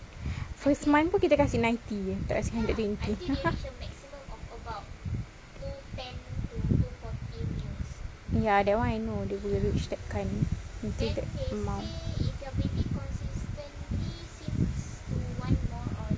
first month pun kita kasi ninety jer tak kasi hundred twenty ya that [one] I know dia boleh reach that kind until that amount